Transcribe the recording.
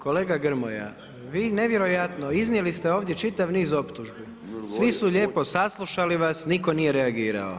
Kolega Grmoja, vi nevjerojatno, iznijeli ste ovdje čitav niz optužbi, svi su lijepo saslušali vas, nitko nije reagirao.